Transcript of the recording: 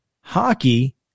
hockey